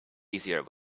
easier